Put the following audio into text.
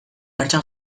martxan